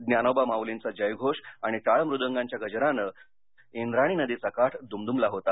ज्ञानोबा माउलींचा जयघोष आणि टाळ मृदुंगाच्या गजरानं इंद्रायणी नदीचा काठ दुमदु्मला होता